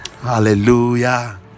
Hallelujah